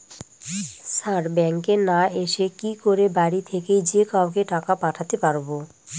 Sir ব্যাঙ্কে না এসে কি করে বাড়ি থেকেই যে কাউকে টাকা পাঠাতে পারবো?